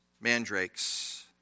mandrakes